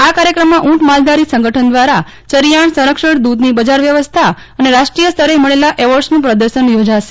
આ કાર્યક્રમમાં ઉંટ માલધારી સંગઠન દ્વારા ચરિયાણ સરક્ષણ દુધની બજાર વ્યવસ્થા અને રાષ્ટ્રીય સ્તરે મળેલા એવોર્ડનું પ્રદર્શન યોજાશે